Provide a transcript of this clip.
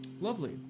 Lovely